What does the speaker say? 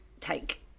take